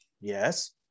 Yes